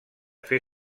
fer